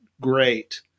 great